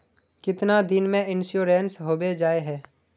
कीतना दिन में इंश्योरेंस होबे जाए है?